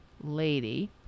lady